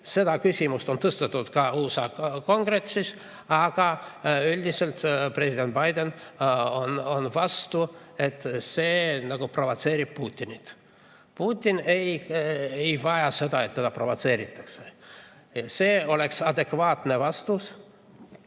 see küsimus on tõstatatud ka USA Kongressis. Aga üldiselt president Biden on olnud vastu, sest see provotseerib Putinit. Putin ei vaja seda, et teda provotseeritaks. See oleks adekvaatne vastus